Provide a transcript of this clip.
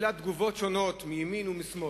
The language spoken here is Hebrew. קיבלה תגובות שונות מימין ומשמאל,